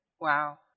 Wow